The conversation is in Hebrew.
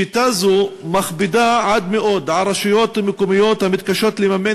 שיטה זו מכבידה עד מאוד על רשויות מקומיות המתקשות לממן